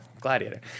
Gladiator